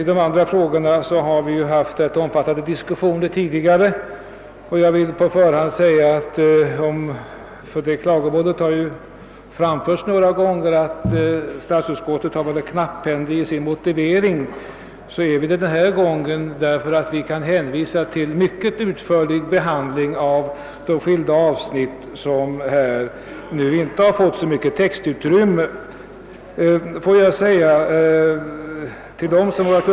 I de andra frågorna har vi haft ganska omfattande diskussioner tidigare. Några gånger har framförts det klagomålet att statsutskottet varit knapphändigt i sin motivering, och denna gång är vi det därför att vi kan hänvisa till att de skilda avsnitt, som inte nu fått så mycket textutrymme, tidigare har fått en mycket utförlig behandling.